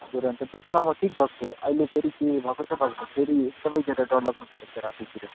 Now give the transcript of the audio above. त्यो र अन्त बिचमा म ठिक भएको थिएँ अहिले फेरि के भएको छ भएको छ फेरि एकदमै ज्यादा डर लाग्नथालेको छ रातितिर